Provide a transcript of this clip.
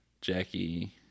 Jackie